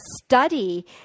study